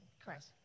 Correct